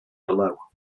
below